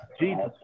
Jesus